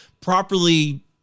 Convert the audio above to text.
properly